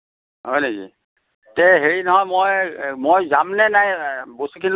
হয় নেকি তে হেৰি নহয় মই মই যামনে নে বস্তুখিনি লৈ আহিবি